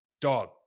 dog